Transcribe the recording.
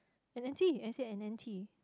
and N_T I said and N_T